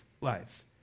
lives